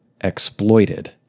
exploited